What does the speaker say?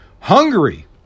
Hungary